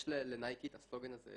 יש לנייקי את הסלוגן הזה: